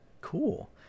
Cool